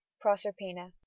Proserpina